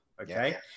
Okay